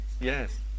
yes